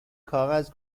کاغذ